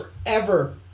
forever